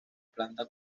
planta